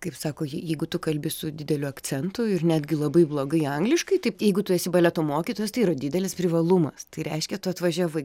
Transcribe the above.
kaip sako jei jeigu tu kalbi su dideliu akcentu ir netgi labai blogai angliškai taip jeigu tu esi baleto mokytojas tai yra didelis privalumas tai reiškia tu atvažiavai